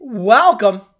Welcome